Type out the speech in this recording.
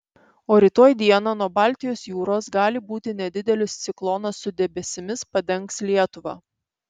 o rytoj dieną nuo baltijos jūros gali būti nedidelis ciklonas su debesimis padengs lietuvą